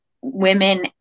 women